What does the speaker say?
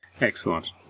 Excellent